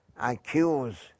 Accuse